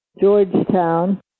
Georgetown